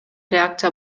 реакция